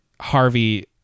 harvey